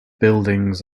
buildings